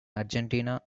argentina